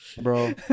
bro